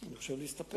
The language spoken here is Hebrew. אני חושב שלהסתפק.